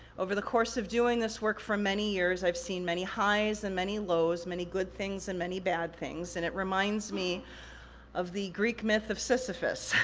over the course of doing this work for many years, i've seen many highs and many lows, many good things and many bad things, and it reminds me of the greek myth of sisyphus,